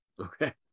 Okay